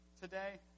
today